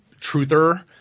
truther